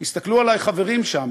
הסתכלו עלי חברים שם,